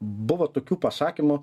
buvo tokių pasakymų